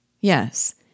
Yes